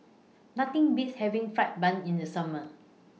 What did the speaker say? Nothing Beats having Fried Bun in The Summer